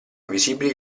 visibili